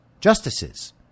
justices